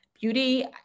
beauty